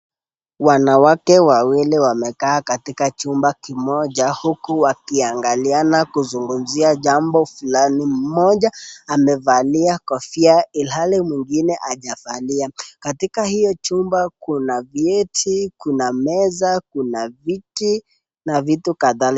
Wanawake wawili wamekaa katika chumba kimoja, huku wakiangaliana kuzungumza jambo fulani. Mmoja amevalia kofia ilhali mwingine hajavalia. Katika hiyo chumba kuna viti.